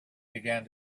began